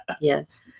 yes